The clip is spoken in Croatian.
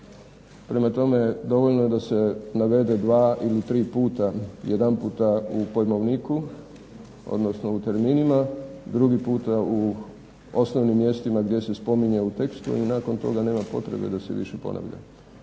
Prema tome, dovoljno je da se navede dva ili tri puta, jedanput u pojmovniku, odnosno u terminima, drugi puta u osnovnim mjestima gdje se spominje u tekstu i nakon toga nema potrebe da se više ponavlja.